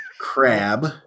crab